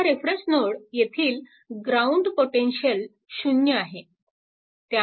हा reference node येथील ground potential 0 आहे